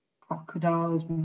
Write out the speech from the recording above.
crocodiles